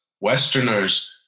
Westerners